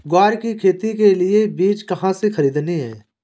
ग्वार की खेती के लिए बीज कहाँ से खरीदने हैं?